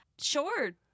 Sure